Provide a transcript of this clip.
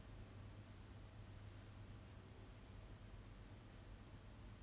maybe they also want some sort of like I wouldn't say validation but like